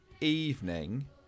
evening